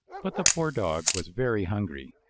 but the poor dog was very hungry,